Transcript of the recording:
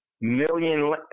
million